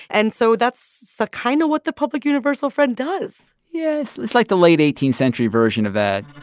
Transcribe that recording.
and so that's so kind of what the public universal friend does yeah. it's, like, the late eighteenth century version of that